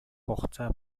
хугацаа